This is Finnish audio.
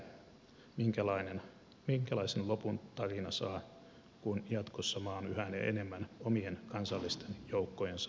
nähtäväksi jää minkälaisen lopun tarina saa kun jatkossa maa on yhä enemmän omien kansallisten joukkojensa varassa